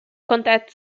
contact